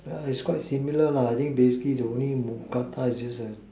ya it's quite similar lah I think basically the only mookata is just a